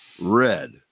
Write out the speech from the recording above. red